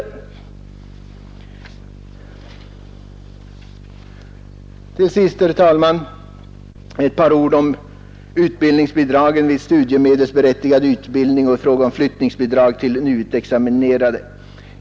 Till sist, herr talman, ett par ord om utbildningsbidragen vid studiemedelsberättigad utbildning och om flyttningsbidrag till nyutexaminerade.